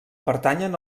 pertanyen